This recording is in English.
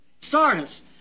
Sardis